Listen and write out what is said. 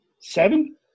seven